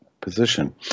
position